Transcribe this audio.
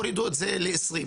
הורידו את זה ל-20%.